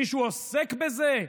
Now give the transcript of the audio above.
מישהו עוסק בזה?